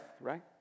right